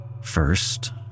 first